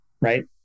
right